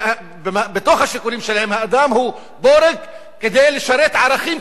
כשבתוך השיקולים שלהם האדם הוא בורג כדי לשרת ערכים,